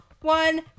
one